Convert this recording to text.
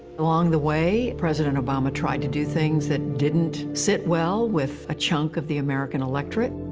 along the way, president obama tried to do things that didn't sit well with a chunk of the american electorate.